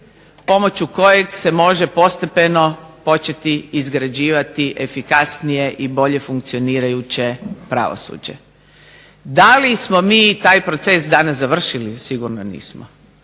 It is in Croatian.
pomoću kojeg se može postepeno početi izgrađivati efikasnije i bolje funkcionirajuće pravosuđe. Da li smo mi taj proces danas završili? Sigurno nismo.